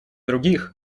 других